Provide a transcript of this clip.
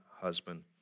husband